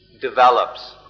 develops